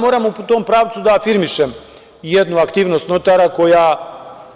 Moram u tom pravcu da afirmišem jednu aktivnost notara koja,